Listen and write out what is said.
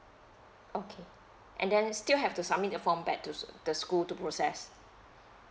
okay and then still have to submit the form back to the school to process